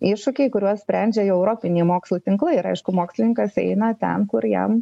iššūkiai kuriuos sprendžia jau europinį mokslo tinklai ir aišku mokslininkas eina ten kur jam